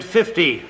fifty